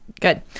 Good